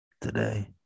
today